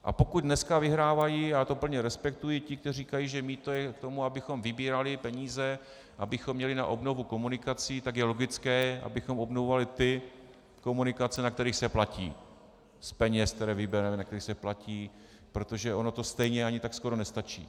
A pokud dneska vyhrávají, já to plně respektuji, ti, kteří říkají, že mýto je k tomu, abychom vybírali peníze, abychom měli na obnovu komunikací, tak je logické, abychom obnovovali ty komunikace, na kterých se platí, z peněz, které vybereme, protože ono to stejně ani tak skoro nestačí.